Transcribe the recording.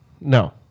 no